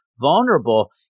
vulnerable